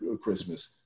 Christmas